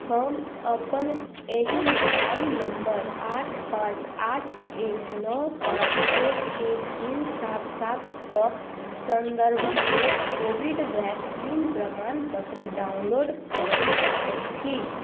हम अपन एहि मोबाइल नम्बर आठ पाँच आठ एक नओ पाँच एक एक तीन सात सातके सन्दर्भमे कोविड वैक्सीन प्रमाणपत्र डाउनलोड करय चाहैत छी